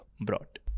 brought